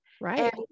Right